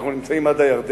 אנחנו נמצאים היום עד הירדן.